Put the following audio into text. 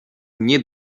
nie